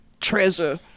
Treasure